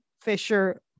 Fisher